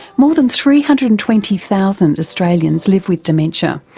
more than three hundred and twenty thousand australians live with dementia,